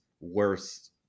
worse